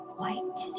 white